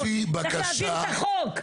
צריך להעביר את החוק.